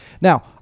Now